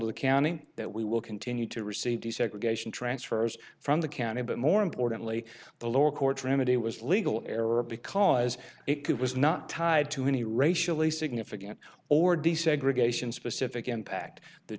the county that we will continue to receive desegregation transfers from the county but more importantly the lower court remedy was legal error because it was not tied to any racially significant or desegregation specific impact the